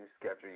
schedule